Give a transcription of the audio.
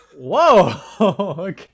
whoa